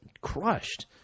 crushed